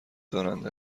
دارند